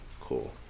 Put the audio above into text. Cool